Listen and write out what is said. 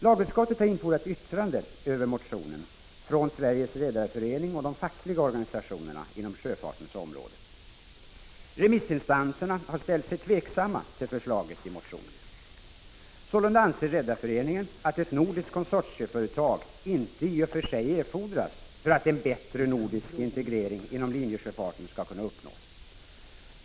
Lagutskottet har infordrat yttrande över motionen från Sveriges redareförening och de fackliga organisationerna inom sjöfartens område. Remissinstanserna har ställt sig tveksamma till förslaget i motionen. Sålunda anser Redareföreningen att ett nordiskt konsortieföretag inte i och för sig erfordras för att en bättre nordisk integrering inom linjesjöfarten skall kunna uppnås.